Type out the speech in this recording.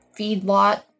feedlot